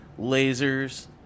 Lasers